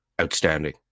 outstanding